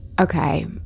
Okay